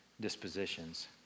dispositions